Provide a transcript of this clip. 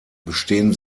bestehen